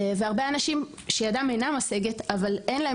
יש הרבה אנשים שידם אינה משגת אבל אין להם